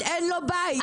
אדוני,